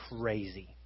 crazy